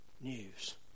news